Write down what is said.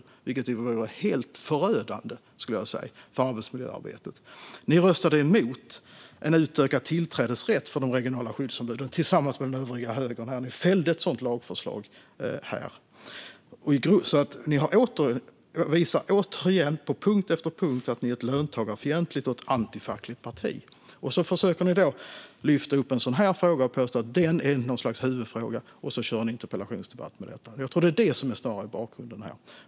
Det skulle vara helt förödande för arbetsmiljöarbetet. Ni röstade tillsammans med den övriga högern här emot en utökad tillträdesrätt för de regionala skyddsombuden. Ni fällde ett sådant lagförslag här. Det visar återigen på punkt efter punkt att ni är ett löntagarfientligt och antifackligt parti. Sedan försöker ni att lyfta upp en sådan här fråga och påstå att den är något slags huvudfråga och har en interpellationsdebatt om detta. Jag tror att det snarare är bakgrunden här.